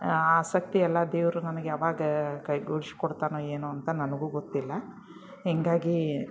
ಆಸಕ್ತಿಯೆಲ್ಲ ದೇವರು ನನ್ಗೆ ಯಾವಾಗ ಕೈಗೂಡ್ಸ್ ಕೊಡ್ತಾನೋ ಏನೋ ಅಂತ ನನಗೂ ಗೊತ್ತಿಲ್ಲ ಹೀಗಾಗಿ